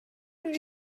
did